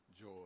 joy